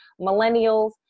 millennials